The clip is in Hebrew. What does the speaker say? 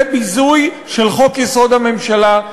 זה ביזוי של חוק-יסוד: הממשלה,